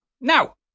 now